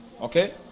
Okay